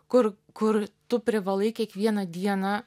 kur kur tu privalai kiekvieną dieną